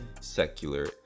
secular